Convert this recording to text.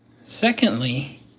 secondly